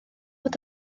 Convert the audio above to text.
fod